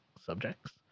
subjects